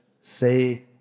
say